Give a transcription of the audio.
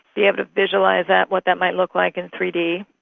be able to visualise that, what that might look like in three d,